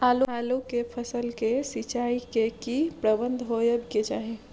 आलू के फसल के सिंचाई के की प्रबंध होबय के चाही?